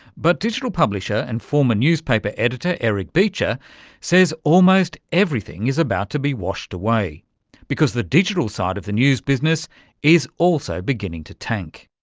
but digital publisher and former newspaper editor eric beecher says almost everything is about to be washed away because the digital side of the news business is also beginning to tank.